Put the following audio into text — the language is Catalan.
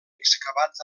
excavats